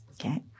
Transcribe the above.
okay